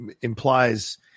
implies